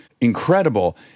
incredible